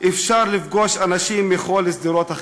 אפשר לפגוש אנשים מכל שדרות החברה,